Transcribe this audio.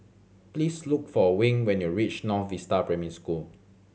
please look for Wing when you reach North Vista Primary School